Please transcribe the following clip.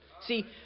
See